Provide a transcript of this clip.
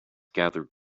gathered